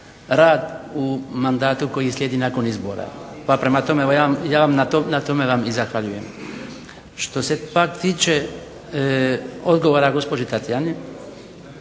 rad u mandatu koji slijedi nakon izbora. Pa prema tome, ja vam na tome vam i zahvaljujem. Što se pak tiče odgovora gospođe Tatjane